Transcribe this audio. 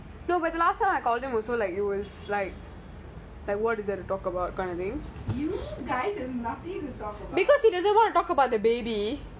no but last time I call them also like you will like what is there to talk about because he doesn't want to talk about the baby